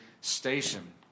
station